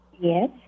Yes